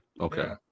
okay